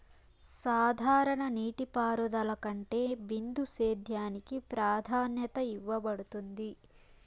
సాధారణ నీటిపారుదల కంటే బిందు సేద్యానికి ప్రాధాన్యత ఇవ్వబడుతుంది